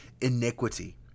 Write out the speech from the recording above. iniquity